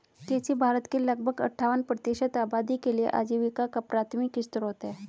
कृषि भारत की लगभग अट्ठावन प्रतिशत आबादी के लिए आजीविका का प्राथमिक स्रोत है